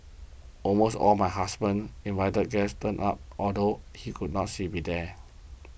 almost all my husband's invited guests turned up although she could not say be there